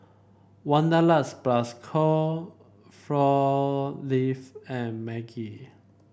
Wanderlust Plus Co Four Leave and Maggi